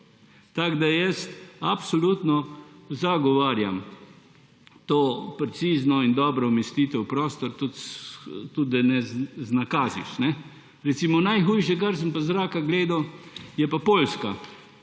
Tako absolutno zagovarjam to precizno in dobro umestitev v prostor. Tudi da ne iznakaziš. Recimo, najhujše, kar sem pa iz zraka gledal, je pa Poljska.